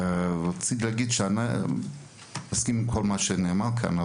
אני מסכים עם כל מה שנאמר כאן,